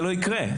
לא יקרה.